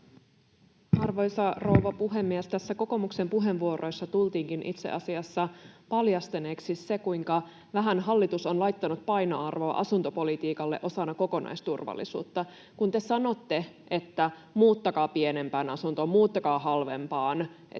Arvoisa rouva puhemies! Kokoomuksen puheenvuoroissa tultiinkin itse asiassa paljastaneiksi se, kuinka vähän hallitus on laittanut painoarvoa asuntopolitiikalle osana kokonaisturvallisuutta. Kun te sanotte, että muuttakaa pienempään asuntoon, muuttakaa halvempaan,